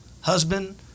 husband